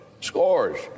scores